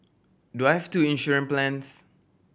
do I've two insurance plans